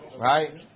Right